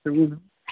सोर बुंदों